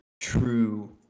true